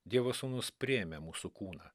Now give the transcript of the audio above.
dievo sūnus priėmė mūsų kūną